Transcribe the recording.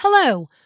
Hello